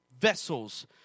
Vessels